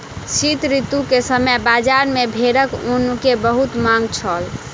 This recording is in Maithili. शीत ऋतू के समय बजार में भेड़क ऊन के बहुत मांग छल